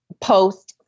post